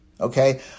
okay